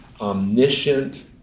omniscient